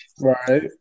right